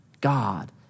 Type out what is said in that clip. God